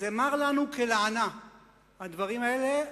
זה מר לנו כלענה הדברים האלה.